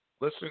Listen